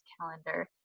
calendar